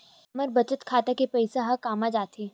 हमर बचत खाता के पईसा हे कामा जाथे?